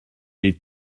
les